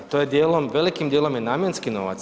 To je dijelom, velikim dijelom je namjenski novac.